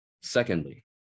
Secondly